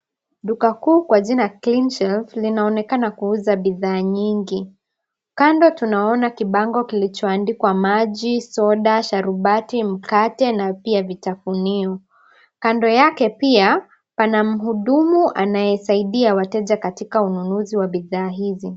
Duka kuu kwa jina Cleanshelf, linaonekana kuuza bidhaa nyingi. Kando tunaona kibango kilichoandikwa maji, soda, sharubati, mkate na pia vitafunio. Kando yake pia pana mhudumu anayesaidia wateja katika ununuzi wa bidhaa hizi.